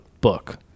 book